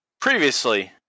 previously